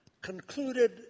concluded